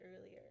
earlier